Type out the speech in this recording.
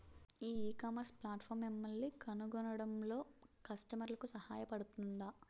ఈ ecommerce platform మిమ్మల్ని కనుగొనడంలో కస్టమర్లకు సహాయపడుతుందా?